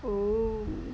oo